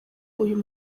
uyu